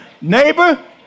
neighbor